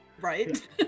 Right